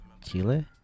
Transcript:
Chile